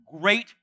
great